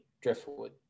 driftwood